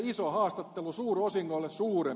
suurosingoille suurempi vero